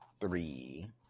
three